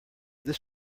this